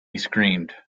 screamed